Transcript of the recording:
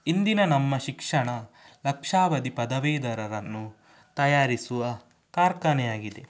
ಇಂದಿನ ನಮ್ಮ ಶಿಕ್ಷಣ ಲಕ್ಷಾವಧಿ ಪದವೀಧರರನ್ನು ತಯಾರಿಸುವ ಕಾರ್ಖಾನೆಯಾಗಿದೆ